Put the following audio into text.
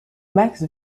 max